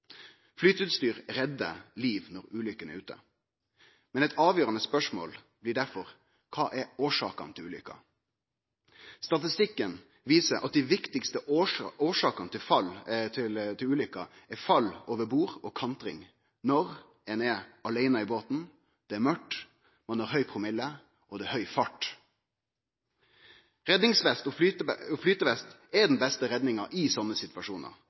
reddar liv når ulykka er ute. Men eit avgjerande spørsmål blir derfor: Kva er årsakene til ulykkene? Statistikken viser at dei viktigaste årsakene til ulykker er fall over bord og kantring når ein er aleine i båten, det er mørkt, ein har høg promille, og det er høg fart. Redningsvest og flytevest er den beste redninga i sånne situasjonar.